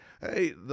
Hey